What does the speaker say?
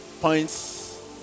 points